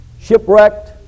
shipwrecked